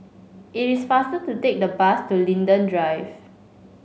it is faster to take the bus to Linden Drive